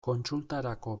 kontsultarako